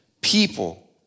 people